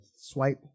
swipe